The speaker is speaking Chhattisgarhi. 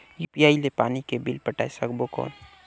यू.पी.आई ले पानी के बिल पटाय सकबो कौन?